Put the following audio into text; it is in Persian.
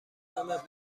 نام